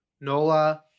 Nola